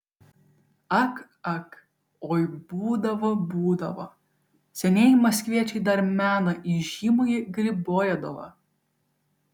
ak ak oi būdavo būdavo senieji maskviečiai dar mena įžymųjį gribojedovą